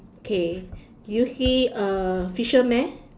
okay do you see a fisherman